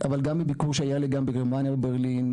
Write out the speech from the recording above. אבל גם מביקור שהיה לי בגרמניה ופולין,